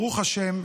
ברוך השם,